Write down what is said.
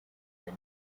the